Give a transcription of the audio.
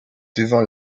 devant